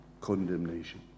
condemnation